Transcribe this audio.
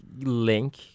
link